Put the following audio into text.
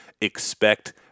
expect